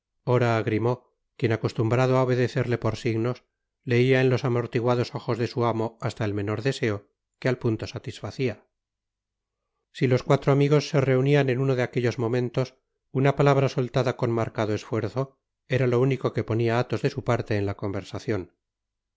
ora á grimaud quien acostumbrado á obedecerle por signos leia en los amortiguados ojos de su amo hasta el menor deseo que al punto satisfacia si los cuatro amigos se reunian en uno de aquellos momentos una palabra soltada con marcado esfuerzo era lo único que ponia athos de su parte en la conversacion